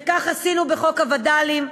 וכך עשינו בחוק הווד"לים,